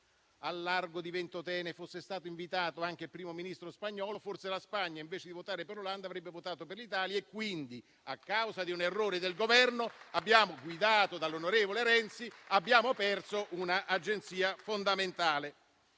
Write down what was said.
al largo di Ventotene, fosse stato invitato anche il Primo Ministro spagnolo, forse la Spagna, invece di votare per l'Olanda, avrebbe votato per l'Italia. Quindi, a causa di un errore del Governo guidato dall'onorevole Renzi, abbiamo perso una agenzia fondamentale.